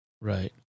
Right